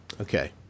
Okay